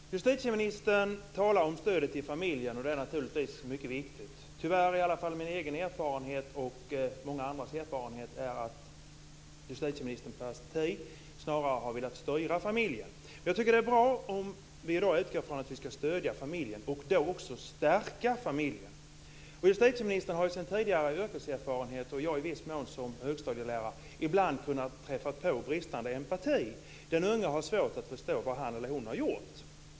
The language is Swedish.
Herr talman! Justitieministern talar om stödet till familjen och det är naturligtvis mycket viktigt. Tyvärr är min egen erfarenhet och många andras att justitieministerns parti snarare har velat styra familjen. Jag tycker att det är bra om vi utgår från att vi ska stödja familjen och även stärka familjen. Justitieministern har i sin tidigare yrkeserfarenhet och jag i viss mån som högstadielärare ibland kunnat träffa på bristande empati. Den unge har svårt att förstå vad han eller hon har gjort.